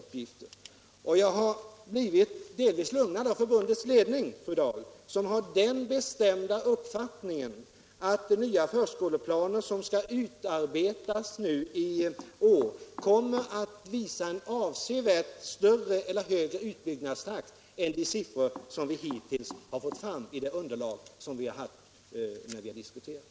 Delvis har jag blivit lugnad av förbundets ledning, som har den bestämda uppfattningen att de nya förskoleplaner som skall utarbetas nu i år kommer att visa en avsevärt högre utbyggnadstakt än den som redovisas i det underlag som vi hittills använt i diskussionen.